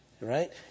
Right